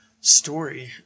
story